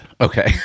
Okay